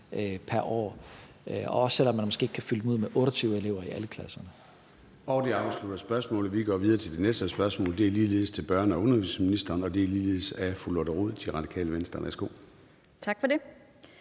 også selv om man måske ikke kan fylde dem ud med 28 elever i alle klasserne.